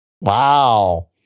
Wow